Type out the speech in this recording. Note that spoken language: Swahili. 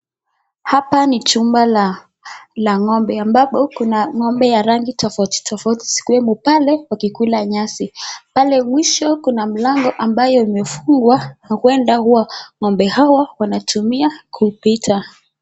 Hapa ni chumba ya ng'ombe ambapo kuna ng'ombe ya rangi tofauti tofauti zikiwemo pale zikikula nyasi. Pale mwisho kuna mlango ambayo imefungwa huenda huwa ng'ombe hawwa huwa wanatumia kupita.